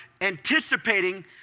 anticipating